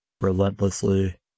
relentlessly